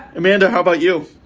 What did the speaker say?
amanda, how about you?